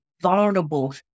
vulnerable